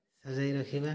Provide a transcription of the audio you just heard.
ସଜେଇ ରଖିବା